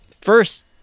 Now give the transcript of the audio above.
first